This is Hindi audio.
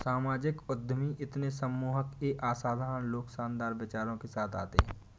सामाजिक उद्यमी इतने सम्मोहक ये असाधारण लोग शानदार विचारों के साथ आते है